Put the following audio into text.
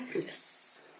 Yes